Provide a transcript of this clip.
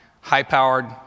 high-powered